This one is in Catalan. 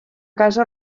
casa